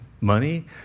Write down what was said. money